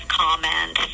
comment